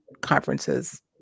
conferences